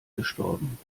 gestorben